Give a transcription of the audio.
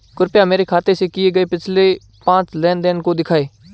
कृपया मेरे खाते से किए गये पिछले पांच लेन देन को दिखाएं